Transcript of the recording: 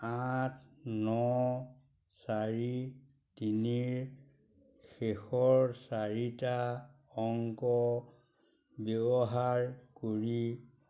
আঠ ন চাৰি তিনিৰ শেষৰ চাৰিটা অংক ব্যৱহাৰ কৰি